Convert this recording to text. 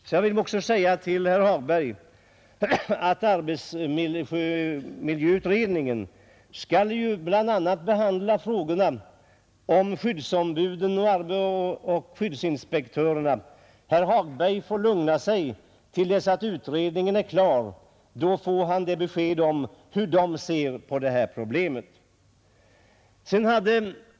Sedan vill jag också påpeka för herr Hagberg att arbetsmiljöutredningen bl.a. skall behandla frågorna om skyddsombuden och skyddsinspektörerna. Herr Hagberg får lugna sig tills utredningen är klar; då får han besked om hur den ser på detta problem.